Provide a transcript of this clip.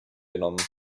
genommen